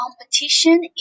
competition